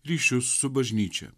ryšius su bažnyčia